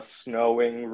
snowing